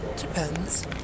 Depends